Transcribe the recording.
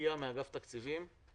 איליה מאגף תקציבים,